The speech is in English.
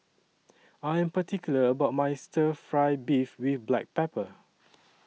I Am particular about My Stir Fry Beef with Black Pepper